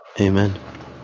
Amen